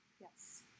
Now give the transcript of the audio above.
yes